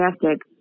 fantastic